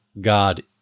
God